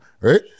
right